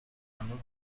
انداز